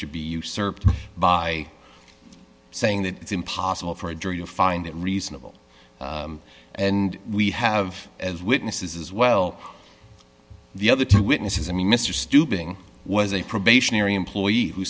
should be usurped by saying that it's impossible for a jury to find it reasonable and we have as witnesses as well the other two witnesses i mean mr stooping was a probationary employee who